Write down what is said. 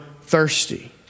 thirsty